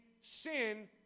sin